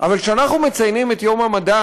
אבל כשאנחנו מציינים את יום המדע,